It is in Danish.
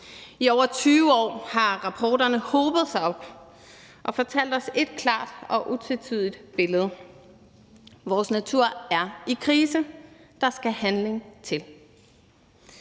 I over 20 år har rapporterne hobet sig op og givet os et klart og utvetydigt billede: Vores natur er i krise. Der skal handling til.